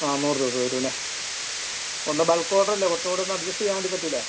നാനൂറു രൂപ വരും അല്ലേ ഒന്ന് ബൾക്ക് ഓർഡർ അല്ലേ കുറച്ചും കൂടെ ഒന്ന് അഡ്ജസ്റ്റ് ചെയ്യാൻ വേണ്ടി പറ്റുകയില്ലെ